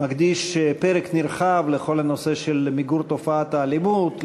מקדיש פרק נרחב לכל הנושא של מיגור תופעת האלימות,